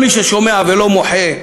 כל מי ששומע ולא מוחה,